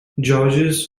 georges